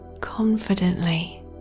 confidently